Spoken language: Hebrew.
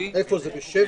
לאפשר.